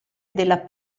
della